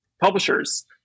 publishers